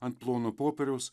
ant plono popieriaus